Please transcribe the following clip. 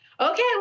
Okay